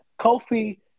Kofi